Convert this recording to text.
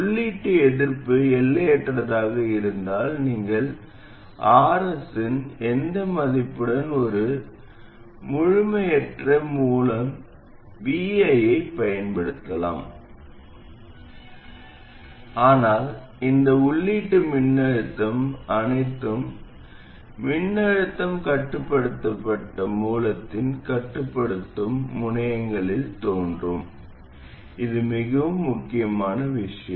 உள்ளீட்டு எதிர்ப்பு எல்லையற்றதாக இருந்தால் நீங்கள் RS இன் எந்த மதிப்புடன் ஒரு முழுமையற்ற மூல vi ஐப் பயன்படுத்தலாம் ஆனால் இந்த உள்ளீட்டு மின்னழுத்தம் அனைத்தும் மின்னழுத்தம் கட்டுப்படுத்தப்பட்ட மின்னழுத்த மூலத்தின் கட்டுப்படுத்தும் முனையங்களில் தோன்றும் இது மிகவும் முக்கியமான விஷயம்